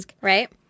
right